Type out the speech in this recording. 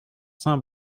saint